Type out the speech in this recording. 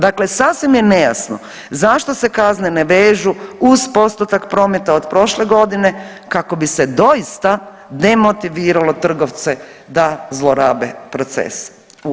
Dakle, sasvim je nejasno zašto se kazne ne vežu uz postotak prometa od prošle godine kako bi se doista demotiviralo trgovce da zlorabe proces.